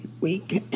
week